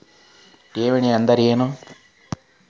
ಠೇವಣಿ ಅಂದ್ರೇನು?